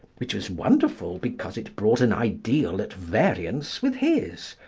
which was wonderful because it brought an ideal at variance with his,